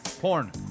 Porn